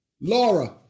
Laura